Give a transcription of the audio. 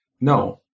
no